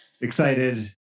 excited